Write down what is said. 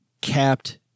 capped